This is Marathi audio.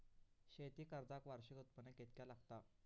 शेती कर्जाक वार्षिक उत्पन्न कितक्या लागता?